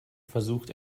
versucht